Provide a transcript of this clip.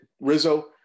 Rizzo